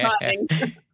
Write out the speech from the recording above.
exciting